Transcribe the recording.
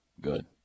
Good